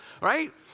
right